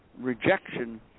rejection